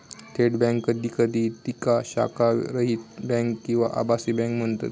थेट बँक कधी कधी तिका शाखारहित बँक किंवा आभासी बँक म्हणतत